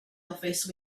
office